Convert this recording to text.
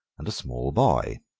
and a small boy.